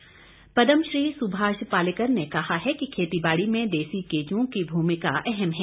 पालेकर पद्म श्री सुभाष पालेकर ने कहा है कि खेती बाड़ी में देसी केंचुओं की भूमिका अहम है